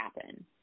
happen